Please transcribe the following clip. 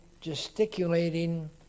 gesticulating